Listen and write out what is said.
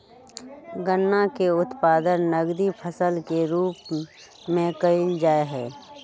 गन्ना के उत्पादन नकदी फसल के रूप में कइल जाहई